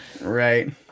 right